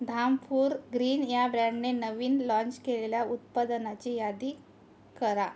Dhampur green या ब्रँडने नवीन लाँच केलेल्या उत्पादनाची यादी करा